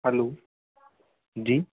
hello जी